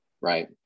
Right